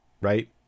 right